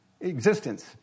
existence